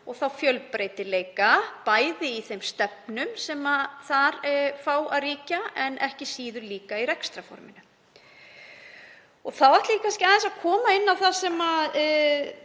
og fjölbreytileika, bæði í stefnum sem þar fá að ríkja en ekki síður í rekstrarforminu. Þá ætla ég aðeins að koma inn á það sem